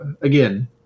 again